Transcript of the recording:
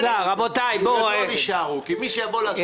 שר התחבורה והבטיחות בדרכים בצלאל סמוטריץ': אני אתייחס תכף לזה.